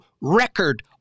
record